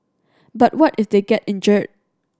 but what if they get injured